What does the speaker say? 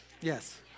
Yes